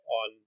on